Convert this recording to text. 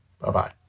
Bye-bye